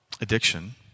addiction